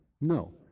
no